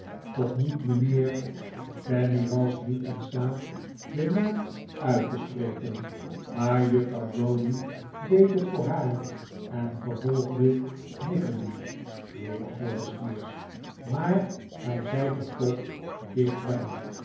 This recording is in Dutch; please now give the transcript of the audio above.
toch niet mijnheer fanny was niet in staat den naam uit te spreken maar juffrouw browdie deed het voor haar en vervolgde nickleby neen antwoordde squeers maar gij zijt er toch dicht